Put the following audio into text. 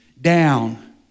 down